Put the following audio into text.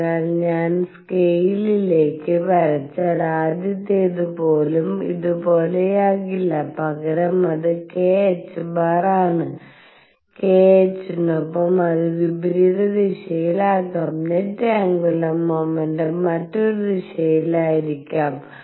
അതിനാൽ ഞാൻ സ്കെയിലിലേക്ക് വരച്ചാൽ ആദ്യത്തേത് പോലും ഇതുപോലെയാകില്ല പകരം അത് kℏ ആണ് k h നൊപ്പം അത് വിപരീത ദിശയിലും ആകാം നെറ്റ് ആന്ഗുലർ മോമെന്റും മറ്റൊരു ദിശയായിരിക്കാം